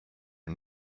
and